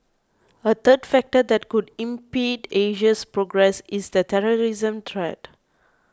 a third factor that could impede Asia's progress is the terrorism threat